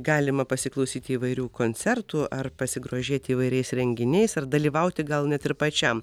galima pasiklausyt įvairių koncertų ar pasigrožėt įvairiais renginiais ar dalyvauti gal net ir pačiam